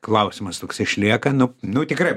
klausimas toks išlieka nu nu tikrai